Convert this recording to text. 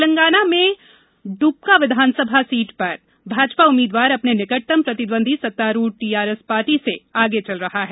तेलंगाना में इब्बका विधानसभा सीट पर भाजपा उम्मीदवार अपने निकटतम प्रतिद्वंदी सत्तारूढ टीआरएस पार्टी से आगे चल रहा है